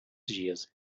dias